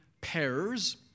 pairs